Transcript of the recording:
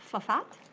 phaphat?